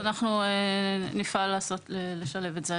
אז נפעל לשלב את זה.